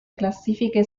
classifiche